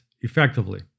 effectively